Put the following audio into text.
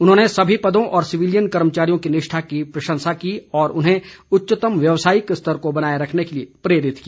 उन्होंने सभी पदों और सिविलियन कर्मचारियों की निष्ठा की प्रशंसा की और उन्हें उच्चतम व्यवासायिक स्तर को बनाए रखने के लिए प्रेरित किया